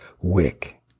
wick